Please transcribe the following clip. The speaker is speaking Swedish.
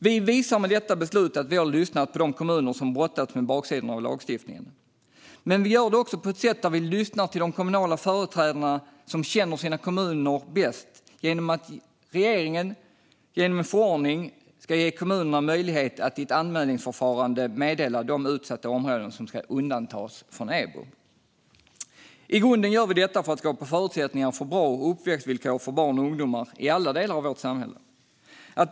Vi visar med detta beslut att vi har lyssnat på de kommuner som brottats med baksidan av lagstiftningen, men vi gör det på ett sätt där vi lyssnar till de kommunala företrädarna, som känner sina kommuner bäst, genom att regeringen i en förordning ska ge kommunerna möjlighet att i ett anmälningsförfarande meddela de utsatta områden som ska undantas från EBO. I grunden gör vi detta för att skapa förutsättningar för bra uppväxtvillkor för barn och ungdomar i alla delar av vårt samhälle.